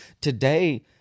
Today